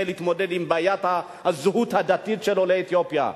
להתמודד עם בעיית הזהות הדתית של עולי אתיופיה,